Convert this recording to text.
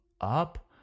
up